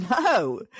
no